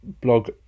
blog